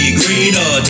greener